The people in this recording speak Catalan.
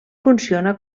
funciona